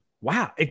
wow